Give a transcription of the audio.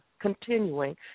continuing